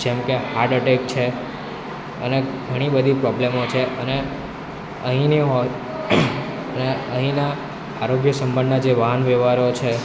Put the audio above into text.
જેમકે heart attack છે અને ઘણી બધી પ્રોબ્લેમો છે અને અહીંની અહીંના આરોગ્ય સંભાળના જે વાહન વ્હવહારો છે